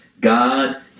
God